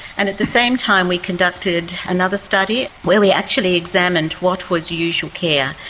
and at the same time we conducted another study where we actually examined what was usual care.